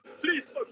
Please